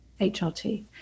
HRT